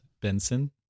Benson